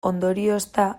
ondoriozta